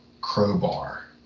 crowbar